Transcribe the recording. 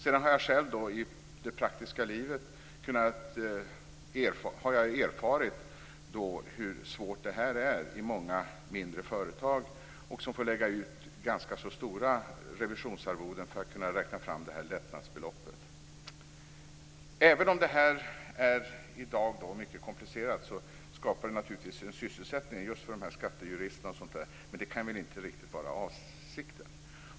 Sedan har jag själv i det praktiska livet erfarit hur svårt det är i många mindre företag som får lägga ut ganska så stora revisionsarvoden för att kunna räkna fram lättnadsbeloppet. Även om det här i dag är mycket komplicerat skapar det naturligtvis sysselsättning för just skattejurister, men det kan väl inte riktigt vara avsikten.